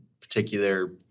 particular